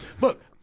Look